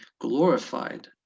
glorified